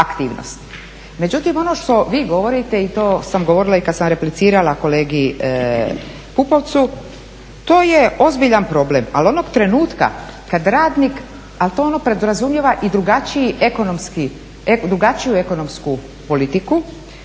Međutim, ono što vi govorite i to sam govorila i kad sam replicirala kolegi Pupovcu to je ozbiljan problem. Ali onog trenutka kad radnik, a to ono podrazumijeva i drugačiji ekonomski,